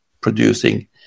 producing